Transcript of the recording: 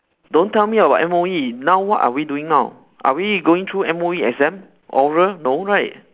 don't tell me about M_O_E now what are we doing now are we going through M_O_E exam oral no right